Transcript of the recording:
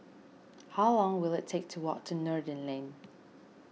how long will it take to walk to Noordin Lane